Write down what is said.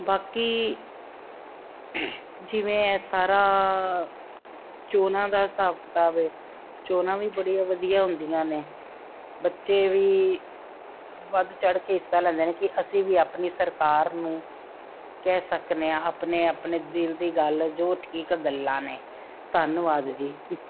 ਬਾਕੀ ਜਿਵੇਂ ਹੈ ਸਾਰਾ ਚੋਣਾਂ ਦਾ ਹਿਸਾਬ ਕਿਤਾਬ ਹੈ ਚੋਣਾਂ ਵੀ ਬੜੀਆਂ ਵਧੀਆ ਹੁੰਦੀਆਂ ਨੇ ਬੱਚੇ ਵੀ ਵੱਧ ਚੜ੍ਹ ਕੇ ਹਿੱਸਾ ਲੈਂਦੇ ਨੇ ਕਿ ਅਸੀਂ ਵੀ ਆਪਣੀ ਸਰਕਾਰ ਨੂੰ ਕਹਿ ਸਕਦੇ ਹਾਂ ਆਪਣੇ ਆਪਣੇ ਦਿਲ ਦੀ ਗੱਲ ਜੋ ਠੀਕ ਗੱਲਾਂ ਨੇ ਧੰਨਵਾਦ ਜੀ